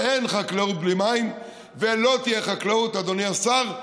אין חקלאות בלי מים ולא תהיה חקלאות, אדוני השר.